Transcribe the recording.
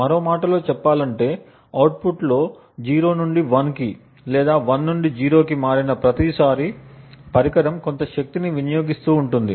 మరో మాటలో చెప్పాలంటే అవుట్పుట్లో 0 నుండి 1 కి లేదా 1 నుండి 0 కి మారిన ప్రతిసారీ పరికరం కొంత శక్తిని వినియోగిస్తూ ఉంటుంది